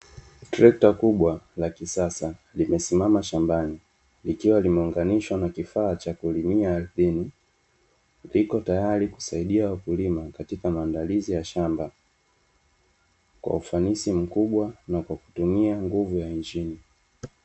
Treta kubwa la kisasa limesimama shambani likiwa limeunganishwa na kifaa cha kulimia ardhi. Liko tayari kusaidia wakulima katika maandalizi ya shamba kwa ufanisi mkubwa na kwa kutumia nguvu ya nchini.